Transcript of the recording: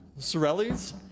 Sorelli's